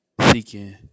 seeking